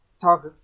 talk